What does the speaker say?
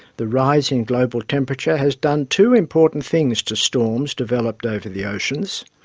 the rise in global temperatures has done two important things to storms developed over the oceans.